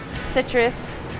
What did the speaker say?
Citrus